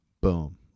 boom